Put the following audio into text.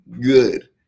good